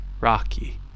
Rocky